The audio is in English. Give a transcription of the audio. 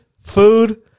food